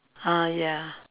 ah ya